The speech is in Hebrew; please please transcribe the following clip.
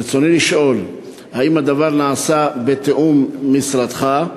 רצוני לשאול: 1. האם הדבר נעשה בתיאום עם משרדך?